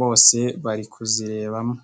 bose bari kuzirebamo.